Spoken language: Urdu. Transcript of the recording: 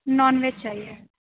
نان ویج چاہیے